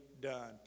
done